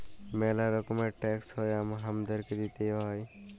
ম্যালা রকমের ট্যাক্স হ্যয় হামাদেরকে দিতেই হ্য়য়